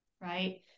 right